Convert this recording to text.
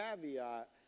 caveat